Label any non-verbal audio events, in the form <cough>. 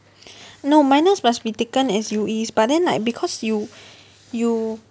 <breath> no minors must be taken as U_Es but then like because you <breath> you